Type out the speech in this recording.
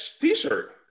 t-shirt